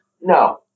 No